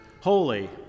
Holy